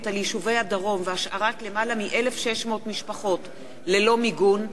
על יישובי הדרום והשארת למעלה מ-1,600 משפחות ללא מיגון,